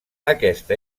aquesta